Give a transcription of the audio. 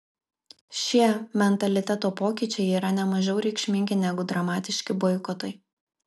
šie mentaliteto pokyčiai yra ne mažiau reikšmingi negu dramatiški boikotai